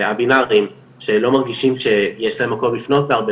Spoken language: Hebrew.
א-בינאריים שלא מרגישים שיש להם מקום לפנות בהרבה